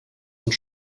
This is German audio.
und